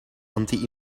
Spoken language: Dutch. anti